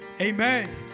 Amen